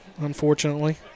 unfortunately